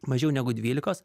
mažiau negu dvylikos